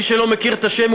למי שלא מכיר את השם,